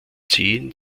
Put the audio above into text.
zehen